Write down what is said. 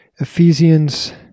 Ephesians